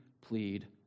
plead